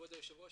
כבוד היושב-ראש,